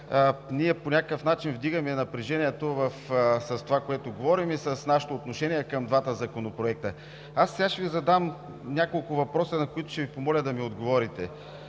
ние по някакъв начин вдигаме напрежението с това, което говорим, и с нашето отношение към двата законопроекта. Сега ще Ви задам няколко въпроса, на които ще Ви помоля да ми отговорите.